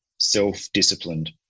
self-disciplined